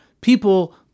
people